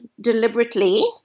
deliberately